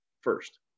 first